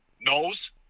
knows